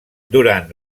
durant